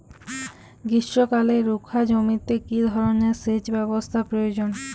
গ্রীষ্মকালে রুখা জমিতে কি ধরনের সেচ ব্যবস্থা প্রয়োজন?